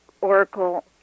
Oracle